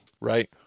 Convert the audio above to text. right